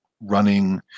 running